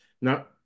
Now